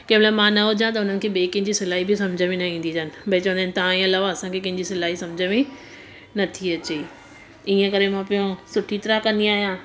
कंहिं महिल मां न हुजा त हुननि खे ॿिए कंहिंजी सिलाई बि सम्झ में ईंदी अथनि भई चवंदा आहिनि तव्हांजे अलावा असांखे कंहिंजी सिलाई सम्झ में नथी अचे ईअं करे मां पंहिंजो सुठी तर कंदी आहियां